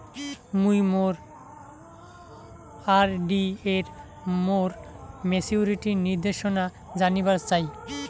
মুই মোর আর.ডি এর মোর মেচুরিটির নির্দেশনা জানিবার চাই